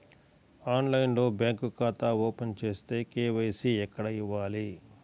ఆన్లైన్లో బ్యాంకు ఖాతా ఓపెన్ చేస్తే, కే.వై.సి ఎక్కడ ఇవ్వాలి?